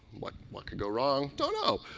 what what could go wrong? don't know,